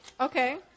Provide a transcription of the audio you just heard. Okay